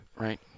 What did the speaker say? Right